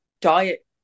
diet